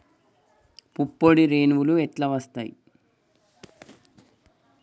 పుప్పొడి రేణువులు ఎట్లా వత్తయ్?